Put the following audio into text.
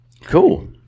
cool